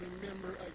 remember